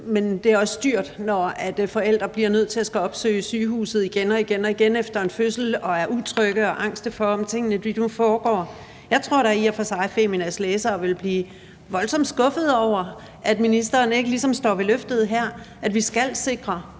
Men det er også dyrt, når forældre bliver nødt til at skulle opsøge sygehuset igen og igen efter en fødsel og er utrygge og angste, i forhold til hvordan tingene nu foregår. Jeg tror da i og for sig, at Feminas læsere ville blive voldsomt skuffede over, at ministeren ligesom ikke står ved det her løfte, altså